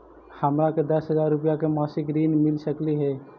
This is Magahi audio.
हमरा के दस हजार रुपया के मासिक ऋण मिल सकली हे?